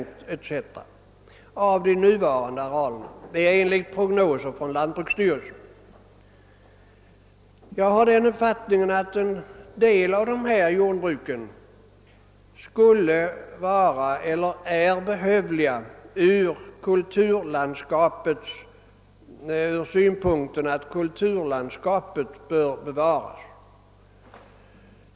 Detta gäller alltså utvecklingen för de nuvarande arealerna enligt prognoser från lantbruksstyrelsen. Jag har den uppfattningen att en del av dessa jordbruk är behövliga ur synpunkten av att kulturlandskapet bör bevaras.